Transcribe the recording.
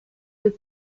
deux